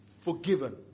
forgiven